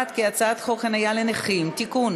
ההצעה להעביר את הצעת חוק חניה לנכים (תיקון,